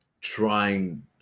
trying